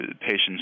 patients